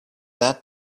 that